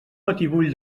batibull